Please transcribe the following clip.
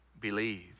believe